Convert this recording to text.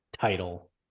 title